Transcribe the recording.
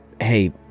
Hey